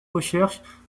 recherches